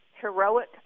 heroic